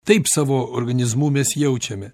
taip savo organizmu mes jaučiame